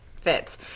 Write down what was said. fits